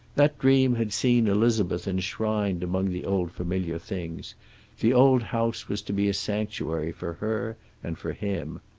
that dream had seen elizabeth enshrined among the old familiar things the old house was to be a sanctuary for her and for him.